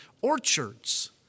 orchards